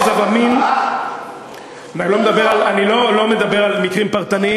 המילואים, כולם, יהודים, דרוזים, נוצרים, צ'רקסים,